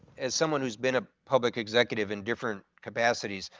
as someone who's been a public executive in different capacities.